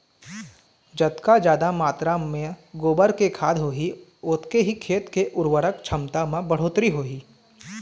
जतका जादा मातरा म गोबर के खाद होही ओतके ही खेत के उरवरक छमता म बड़होत्तरी होही